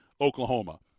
Oklahoma